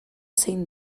zein